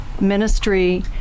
Ministry